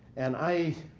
and i